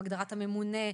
הגדרת הממונה,